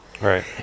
Right